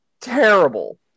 terrible